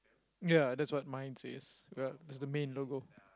ya that's what mine says ya it's the main logo